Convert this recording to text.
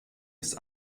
ist